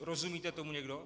Rozumíte tomu někdo?